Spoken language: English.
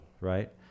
right